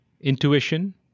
intuition